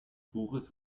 buches